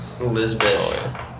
Elizabeth